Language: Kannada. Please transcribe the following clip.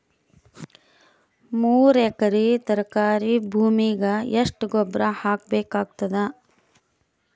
ಮೂರು ಎಕರಿ ತರಕಾರಿ ಭೂಮಿಗ ಎಷ್ಟ ಗೊಬ್ಬರ ಹಾಕ್ ಬೇಕಾಗತದ?